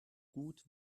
gut